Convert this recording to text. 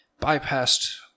bypassed